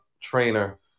trainer